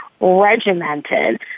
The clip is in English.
regimented